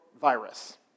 virus